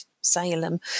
Salem